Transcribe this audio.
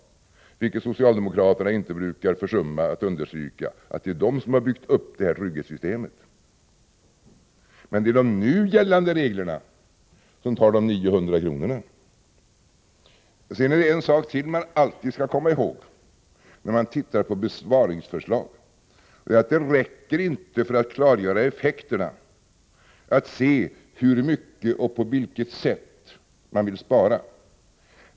Socialdemokraterna brukar inte försumma att understryka att det är de som har byggt upp trygghetssystemet. Det är alltså de nuvarande reglerna som tar de 900 kronorna. Sedan är det en sak till som man alltid skall komma ihåg när man betraktar besparingsförslag: det räcker inte för att klargöra effekterna att se efter hur mycket och på vilket sätt man vill spara.